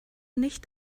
nicht